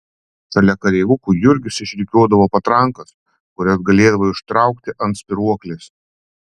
šalia kareivukų jurgis išrikiuodavo patrankas kurias galėdavai užtraukti ant spyruoklės